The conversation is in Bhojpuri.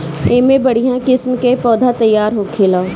एमे बढ़िया किस्म के पौधा तईयार होखेला